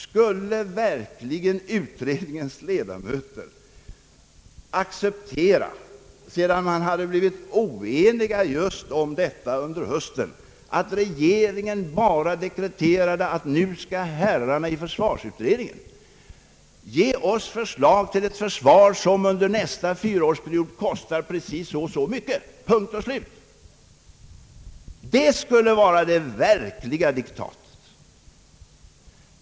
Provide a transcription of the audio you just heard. Skulle verkligen utredningens ledamöter acceptera, sedan man hade blivit oeniga just om detta under hösten, att regeringen bara deklarerade att nu skall herrarna i försvarsutredningen ge oss förslag till ett försvar som under nästa fyraårsperiod kostar precis så och så mycket? Det skulle vara det verkliga diktatet!